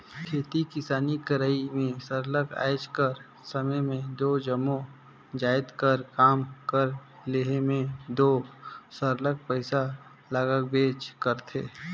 खेती किसानी करई में सरलग आएज कर समे में जम्मो जाएत कर काम कर लेहे में दो सरलग पइसा लागबेच करथे